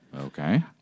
Okay